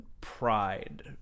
Pride